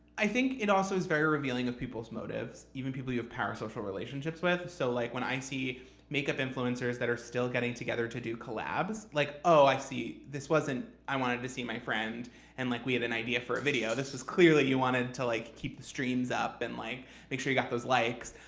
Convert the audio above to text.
i think it also is very revealing of people's motives, even people you have parasocial relationships with. so like when i see makeup influencers that are still getting together to do collabs, like, oh, i see. this wasn't i wanted to see my friend and like we had an idea for a video. this is clearly you wanted to like keep the streams up and like make sure you got those likes.